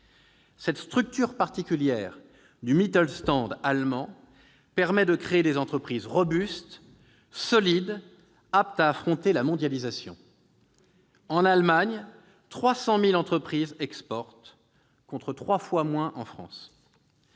Cette structure particulière du allemand permet de créer des entreprises robustes, solides, aptes à affronter la mondialisation. En Allemagne, quelque 300 000 entreprises exportent, contre trois fois moins en France.